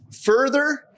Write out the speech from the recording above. further